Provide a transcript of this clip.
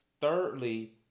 thirdly